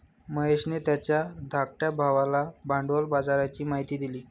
महेशने त्याच्या धाकट्या भावाला भांडवल बाजाराची माहिती दिली